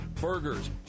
burgers